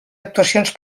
actuacions